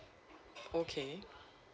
okay